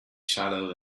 shallow